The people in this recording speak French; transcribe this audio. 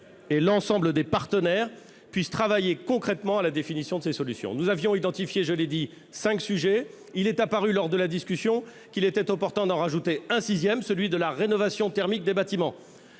et des partenaires puisse travailler concrètement à la définition de ces solutions. Nous avions identifié, je l'ai dit, cinq sujets ; il est apparu opportun, lors de la discussion, d'en ajouter un sixième, celui de la rénovation thermique des bâtiments.